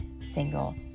single